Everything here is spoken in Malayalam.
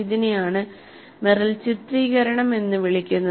ഇതിനെയാണ് മെറിൽ ചിത്രീകരണം എന്ന് വിളിക്കുന്നത്